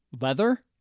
leather